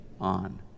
on